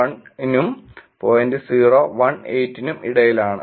018 നും ഇടയിലാണ്